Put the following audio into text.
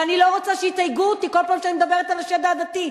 ואני לא רוצה שיתייגו אותי כל פעם שאני מדברת על השד העדתי.